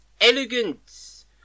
elegance